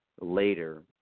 later